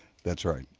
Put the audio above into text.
that's right.